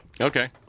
Okay